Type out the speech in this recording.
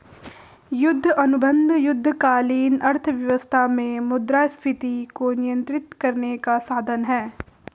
युद्ध अनुबंध युद्धकालीन अर्थव्यवस्था में मुद्रास्फीति को नियंत्रित करने का साधन हैं